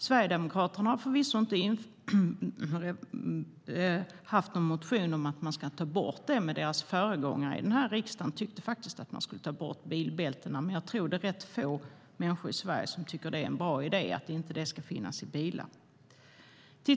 Sverigedemokraterna har förvisso inte någon motion om att man ska ta bort det, men deras föregångare här i riksdagen tyckte faktiskt att man skulle ta bort kravet på bilbälten. Jag tror dock att det är rätt få människor i Sverige som tycker att det är en bra idé att bilbälten inte ska finnas i bilar.